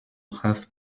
have